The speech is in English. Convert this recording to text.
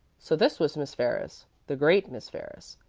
so this was miss ferris the great miss ferris.